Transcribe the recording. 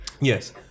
Yes